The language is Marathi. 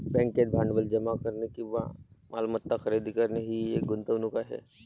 बँकेत भांडवल जमा करणे किंवा मालमत्ता खरेदी करणे ही एक गुंतवणूक आहे